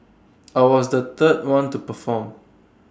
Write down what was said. I was the third one to perform